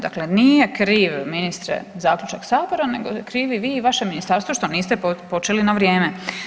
Dakle nije kriv ministre zaključak Sabora nego krivi vi i vaše ministarstvo što niste počeli na vrijeme.